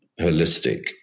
holistic